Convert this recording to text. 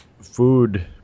food